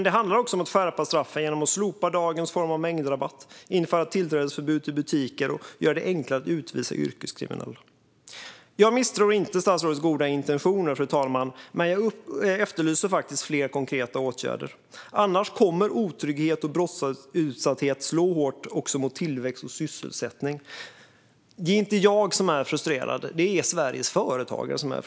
Det handlar också om att skärpa straffen genom att slopa dagens form av mängdrabatt, införa tillträdesförbud till butiker och göra det enklare att utvisa yrkeskriminella. Jag misstror inte statsrådets goda intentioner, fru talman, men jag efterlyser fler konkreta åtgärder. Annars kommer otrygghet och brottsutsatthet att slå hårt också mot tillväxt och sysselsättning. Det är inte jag som är frustrerad utan Sveriges företagare.